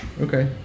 Okay